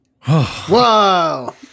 Whoa